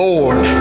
Lord